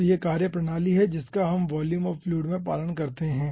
तो यह कार्यप्रणाली है जिसका हम वॉल्यूम ऑफ़ फ्लूइड में पालन करते हैं